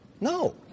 No